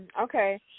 Okay